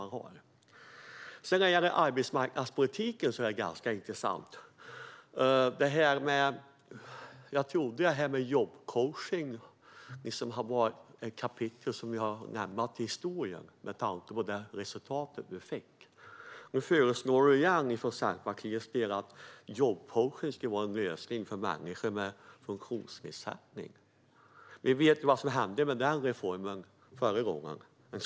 När det gäller arbetsmarknadspolitiken är det ganska intressant. Jag trodde att detta med jobbcoachning var ett avslutat kapitel med tanke på det resultat vi fick. Nu föreslår Centerpartiet åter jobbcoachning som en lösning för människor med funktionsnedsättning. Vi vet ju hur det gick med den reformen förra gången.